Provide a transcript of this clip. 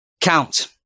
Count